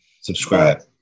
subscribe